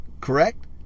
Correct